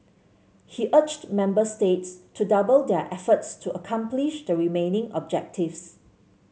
he urged member states to double their efforts to accomplish the remaining objectives